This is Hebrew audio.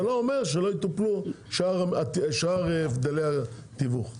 זה לא אומר שלא יטופלו שאר הבדלי התיווך.